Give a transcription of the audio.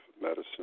medicine